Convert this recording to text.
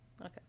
Okay